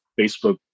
Facebook